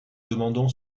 demandons